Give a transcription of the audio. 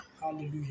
Hallelujah